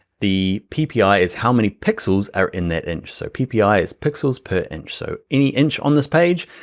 the ppi ppi ah is, how many pixels are in that inch? so ppi ppi is pixels per inch. so any inch on this page,